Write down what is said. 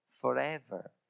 forever